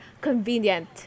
convenient